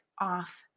off